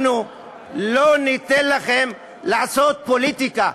אנחנו לא ניתן לכם לעשות פוליטיקה.